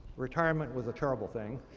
retirement was a terrible thing.